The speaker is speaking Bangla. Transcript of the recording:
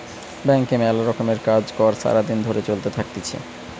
ব্যাংকে মেলা রকমের কাজ কর্ সারা দিন ধরে চলতে থাকতিছে